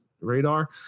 radar